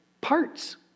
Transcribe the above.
parts